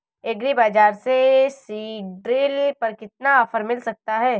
Agree बाजार से seed drill पर कितना ऑफर मिल सकता है?